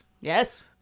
Yes